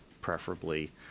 preferably